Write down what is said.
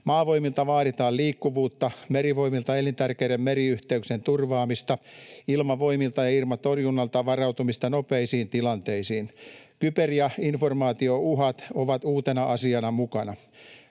Maavoimilta vaaditaan liikkuvuutta, Merivoimilta elintärkeiden meriyhteyksien turvaamista, Ilmavoimilta ja ilmatorjunnalta varautumista nopeisiin tilanteisiin. Kyber- ja informaatiouhat ovat uutena asiana mukana.